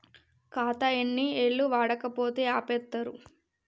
ఖాతా ఎన్ని ఏళ్లు వాడకపోతే ఆపేత్తరు?